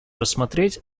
рассмотреть